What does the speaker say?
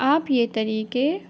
آپ یہ طریقے